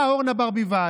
באה אורנה ברביבאי,